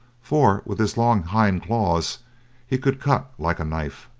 for with his long hind claws he could cut like a knife.